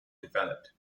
developed